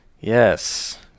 Yes